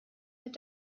mit